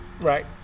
Right